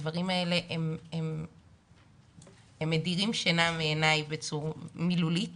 הדברים האלה מדירים שינה מעיניי בצורה מילולית